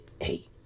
Hey